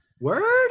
word